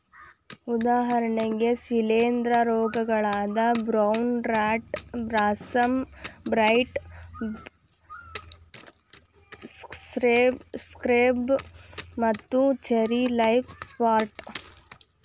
ಉದಾಹರಣೆಗೆ ಶಿಲೇಂಧ್ರ ರೋಗಗಳಾದ brown rot blossom blight, scab ಮತ್ತು ಚೆರ್ರಿ ಲೇಫ್ ಸ್ಪಾಟ್